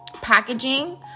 packaging